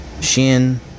Shin